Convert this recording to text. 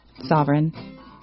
Sovereign